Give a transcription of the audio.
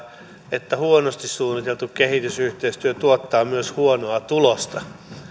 että huonosti suunniteltu kehitysyhteistyö tuottaa myös huonoa tulosta